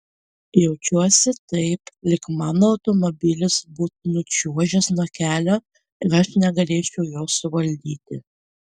jaučiuosi taip lyg mano automobilis būtų nučiuožęs nuo kelio ir aš negalėčiau jo suvaldyti